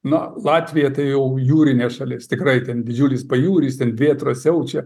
na latvija tai jau jūrinė šalis tikrai ten didžiulis pajūris ten vėtros siaučia